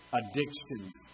addictions